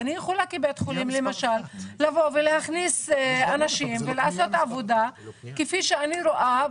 אני יכולה להכניס אנשים כפי שאני רואה,